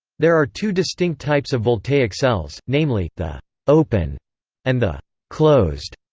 there are two distinct types of voltaic cells, namely, the open and the closed,